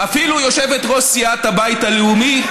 אפילו יושבת-ראש סיעת הבית הלאומי,